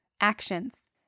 Actions